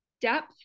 depth